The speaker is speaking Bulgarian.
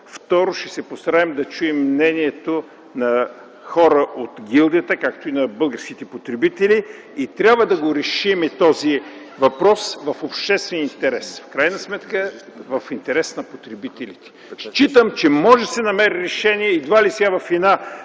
Второ, ще се постараем да чуем мнението на хора от гилдията, както и на българските потребители. Трябва да го решим този въпрос в обществен интерес. В крайна сметка в интерес на потребителите. Считам, че може да се намери решение и едва ли сега в една